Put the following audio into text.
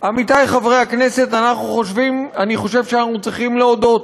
עמיתי חברי הכנסת, אני חושב שאנחנו צריכים להודות